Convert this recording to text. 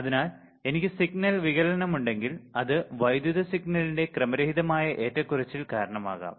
അതിനാൽ എനിക്ക് സിഗ്നൽ വികലമുണ്ടെങ്കിൽ അത് വൈദ്യുത സിഗ്നലിന്റെ ക്രമരഹിതമായ ഏറ്റക്കുറച്ചിൽ കാരണമാകാം